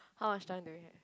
how much time do you have